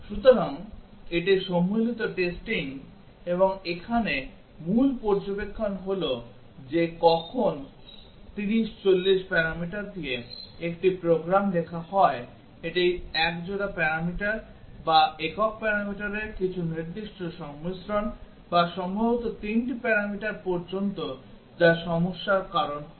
সুতরাং এটি সম্মিলিত টেস্টিং এবং এখানে মূল পর্যবেক্ষণ হল যে যখন 30 40 প্যারামিটার দিয়ে একটি প্রোগ্রাম লেখা হয় এটি একজোড়া প্যারামিটার বা একক প্যারামিটারের কিছু নির্দিষ্ট সংমিশ্রণ বা সম্ভবত 3 টি প্যারামিটার পর্যন্ত যা সমস্যার কারণ হয়